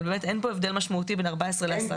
אבל באמת אין פה הבדל משמעותי בין 14 ל-10 ימים.